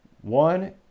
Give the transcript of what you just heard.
One